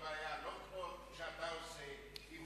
התנגדתם.